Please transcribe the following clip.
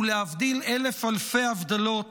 ולהבדיל אלף אלפי הבדלות,